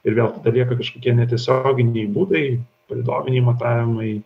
ir vėl tada lieka kažkokie netiesioginiai būdai palydoviniai matavimai